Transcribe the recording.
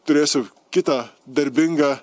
turėsiu kitą darbingą